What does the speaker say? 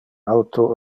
auto